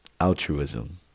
altruism